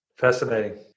Fascinating